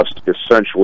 essentially